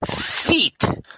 feet